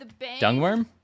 Dungworm